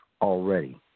Already